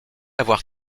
avoir